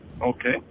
Okay